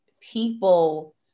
people